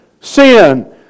sin